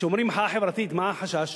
כשאומרים מחאה חברתית, מה החשש?